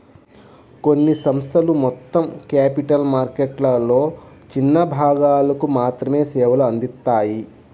కొన్ని సంస్థలు మొత్తం క్యాపిటల్ మార్కెట్లలో చిన్న భాగాలకు మాత్రమే సేవలు అందిత్తాయి